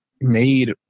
made